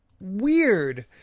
weird